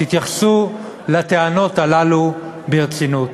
תתייחסו לטענות האלה ברצינות,